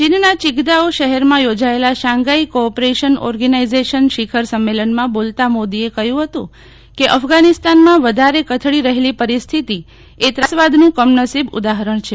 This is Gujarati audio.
ચીનના ચિંગદાઓ શહેરમાં યોજાયેલા શાંઘાઈ કોઓપરેશન ઓર્ગેનાઈઝેશન જીર્ઝી શિખર સંમેલનમાં બોલતાં મોદીએ કહ્યું કે અફઘાનિસ્તાનમાં વધારે કથળી રહેલી પરિસ્થિતિ એ ત્રાસવાદનું કમનસીબ ઉદાહરણ છે